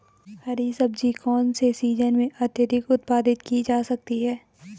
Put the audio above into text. हरी सब्जी कौन से सीजन में अत्यधिक उत्पादित की जा सकती है?